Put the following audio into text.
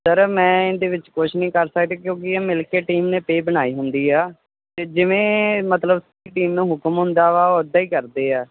sir ਮੈਂ ਇਹਦੇ ਵਿੱਚ ਕੁਛ ਨਹੀਂ ਕਰ ਸਕਦਾ ਕਿਉਂਕਿ ਇਹ ਮਿਲ ਕੇ ਟੀਮ ਨੇ ਪੇ ਬਣਾਈ ਹੁੰਦੀ ਆ ਅਤੇ ਜਿਵੇਂ ਮਤਲਬ ਟੀਮ ਨੂੰ ਹੁਕਮ ਹੁੰਦਾ ਵਾ ਉੱਦਾਂ ਹੀ ਕਰਦੇ ਆ